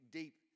deep